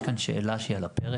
אני אמרתי שיש כאן שאלה על הפרק.